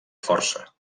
força